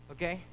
Okay